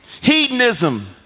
hedonism